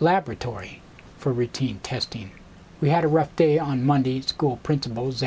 laboratory for routine testing we had a rough day on monday school princip